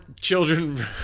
children